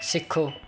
ਸਿੱਖੋ